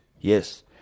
Yes